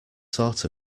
sort